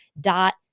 dot